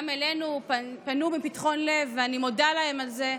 גם אלינו פנו מפתחון לב, ואני מודה להם על זה,